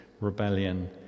rebellion